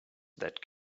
that